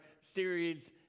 series